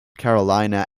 carolina